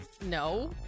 No